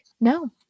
No